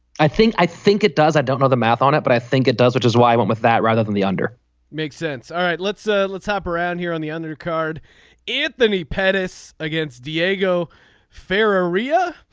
i think i think it does. i don't know the math on it but i think it does which is why i went with that rather than the under makes sense. all right let's ah let's hop around here on the undercard anthony pettis against diego ferrer rio